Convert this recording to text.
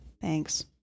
Thanks